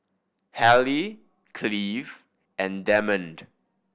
Hallie Cleave and Demond